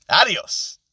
Adios